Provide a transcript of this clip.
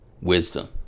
wisdom